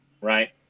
Right